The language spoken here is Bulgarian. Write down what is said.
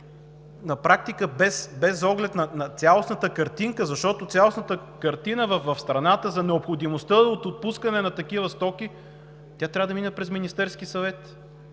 на практика е без оглед на цялостната картинка, защото цялостната картина в страната за необходимостта от отпускане на такива стоки трябва да мине през Министерския съвет.